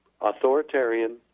authoritarian